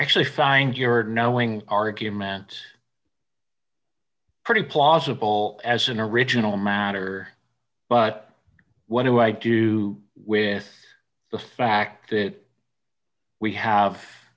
actually find your are now going argument pretty plausible as an original matter but what do i do with the fact that we have